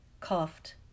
coughed